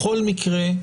בכל מקרה,